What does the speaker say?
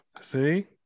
See